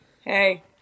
hey